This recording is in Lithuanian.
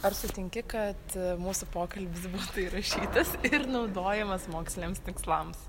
ar sutinki kad mūsų pokalbis būtų įrašytas ir naudojamas moksliniams tikslams